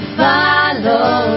follow